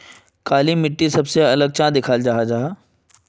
काली मिट्टी सबसे अलग चाँ दिखा जाहा जाहा?